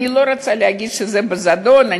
אני לא רוצה להגיד שזה בזדון,